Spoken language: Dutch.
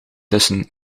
tussen